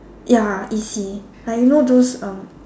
ya E_C like you know those um